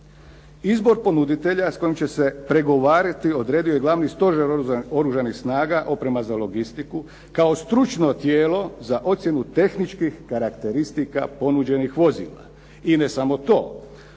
Izbor ponuditelja s kojim će se pregovarati odredio je Glavni stožer Oružanih snaga oprema za logistiku kao stručno tijelo za ocjenu tehničkih karakteristika ponuđenih vozila. I ne samo to,